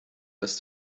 dass